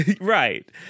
Right